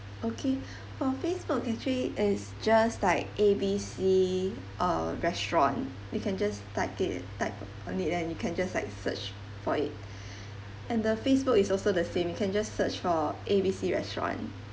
okay for facebook actually is just like A B C uh restaurant you can just type it type on it then you can just like search for it and the facebook is also the same you can just search for A B C restaurant